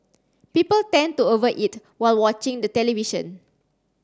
people tend to over eat while watching the television